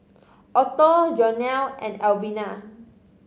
Otto Jonell and Alvena